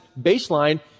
baseline